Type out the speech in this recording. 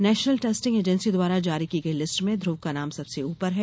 national Testing Agency द्वारा जारी की गई लिस्ट में ध्रव का नाम सबसे ऊपर है